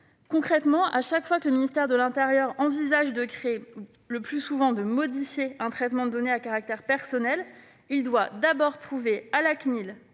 Concrètement, chaque fois que le ministère de l'intérieur envisage de créer ou, le plus souvent, de modifier un traitement de données à caractère personnel, il doit d'abord prouver à la CNIL,